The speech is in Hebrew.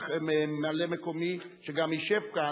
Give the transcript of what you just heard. ממלא-מקומי שגם ישב כאן,